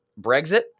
Brexit